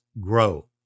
grow